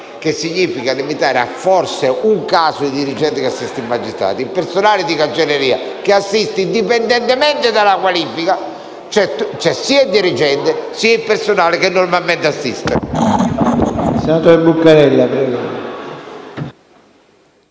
significa limitare a forse un caso di dirigente che assiste il magistrato. La dicitura: «personale di cancelleria che assiste», indipendentemente dalla qualifica, comprende sia il dirigente sia il personale che normalmente assiste